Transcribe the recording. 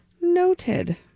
Noted